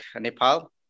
Nepal